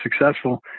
successful